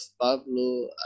Pablo